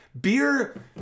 Beer